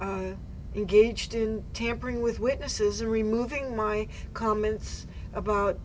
about engaged in tampering with witnesses or removing my comments about